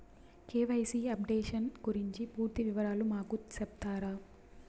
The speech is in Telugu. కె.వై.సి అప్డేషన్ గురించి పూర్తి వివరాలు మాకు సెప్తారా?